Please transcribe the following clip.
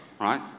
right